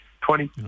Twenty